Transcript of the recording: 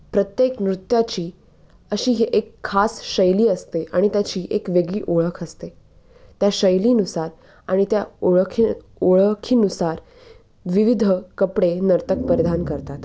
प्रत्येक नृत्याची अशी ही एक खास शैली असते आणि त्याची एक वेगळी ओळख असते त्या शैलीनुसार आणि त्या ओळखी ओळखीनुसार विविध कपडे नर्तक परिधान करतात